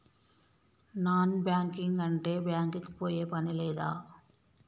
Non banking అంటే bank కి పోయే పని లేదా?